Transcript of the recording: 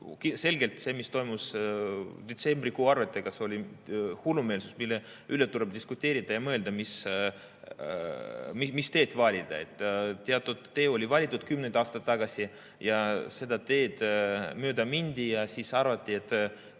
selgelt see, mis toimus detsembrikuu arvetega, oli hullumeelsus, mille üle tuleb diskuteerida ja mõelda, mis teed valida. Teatud tee oli valitud kümneid aastaid tagasi, seda teed mööda mindi ja siis arvati, et